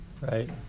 Right